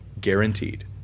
guaranteed